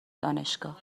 دانشگاه